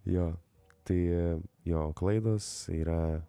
jo tai jo klaidos yra